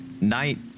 night